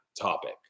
topic